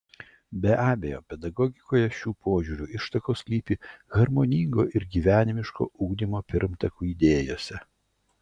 be abejo pedagogikoje šių požiūrių ištakos slypi harmoningo ir gyvenimiško ugdymo pirmtakų idėjose